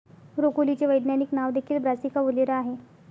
ब्रोकोलीचे वैज्ञानिक नाव देखील ब्रासिका ओलेरा आहे